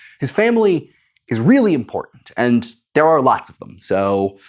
his family is really important, and there are lots of them. so,